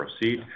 proceed